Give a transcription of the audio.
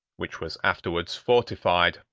which was afterwards fortified,